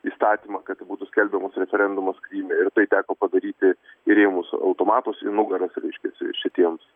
įstatymą kad tai būtų skelbiamas referendumas kryme ir tai teko padaryti įrėmus automatus į nugaras reiškias šitiems